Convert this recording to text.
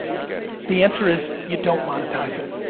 i get it. the answer is, you don't monetize it.